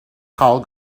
call